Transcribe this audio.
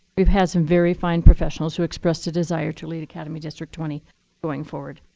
we've had some very fine professionals who expressed a desire to lead academy district twenty going forward.